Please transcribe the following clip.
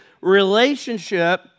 relationship